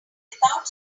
without